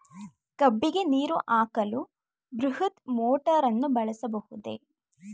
ಕಬ್ಬಿಗೆ ನೀರು ಹಾಕಲು ಬೃಹತ್ ಮೋಟಾರನ್ನು ಬಳಸಬಹುದೇ?